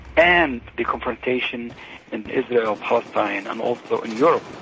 and the confrontation in israel, palestine and also in europe,